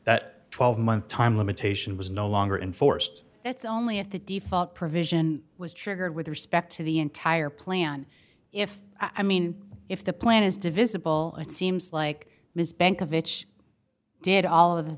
that twelve month time limitation was no longer enforced that's only if the default provision was triggered with respect to the entire plan if i mean if the plan is divisible it seems like ms bank of itch did all of the